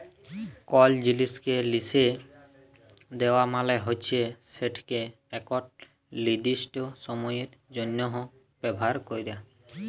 call জিলিসকে লিসে দেওয়া মালে হচ্যে সেটকে একট লিরদিস্ট সময়ের জ্যনহ ব্যাভার ক্যরা